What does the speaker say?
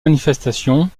manifestation